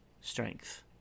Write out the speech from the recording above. strength